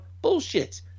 Bullshit